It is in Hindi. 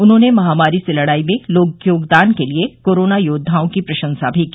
उन्होंने महामारी से लडाई में योगदान के लिए कोरोना योद्वाओं की प्रशंसा भी की